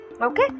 okay